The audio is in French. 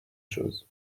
choses